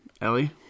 Ellie